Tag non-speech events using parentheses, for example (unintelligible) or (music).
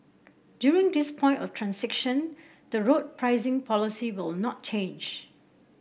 during this point of (unintelligible) the road pricing policy will not change